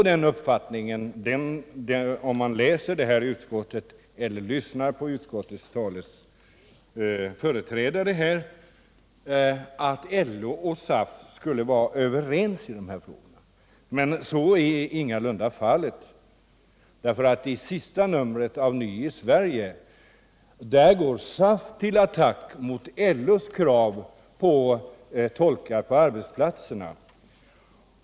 Den som läser betänkandet eller lyssnar på utskottets företrädare kan få uppfattningen att LO och SAF skulle vara överens i dessa frågor. Så är ingalunda fallet. I senaste numret av Ny i Sverige går SAF till attack mot LO:s krav på tolkar på arbetsplatserna.